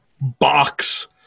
box